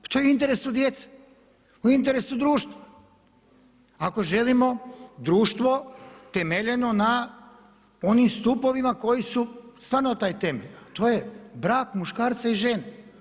Pa to je u interesu djece u interesu društva, ako želimo društvo temeljeno na onim stupovima koji su stvarno taj temelj, a to je brak muškarca i žene.